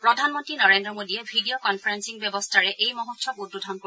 প্ৰধানমন্ত্ৰী নৰেন্দ্ৰ মোদীয়ে video conferencing ব্যৱস্থাৰে এই মহোৎসৱ উদ্বোধন কৰিব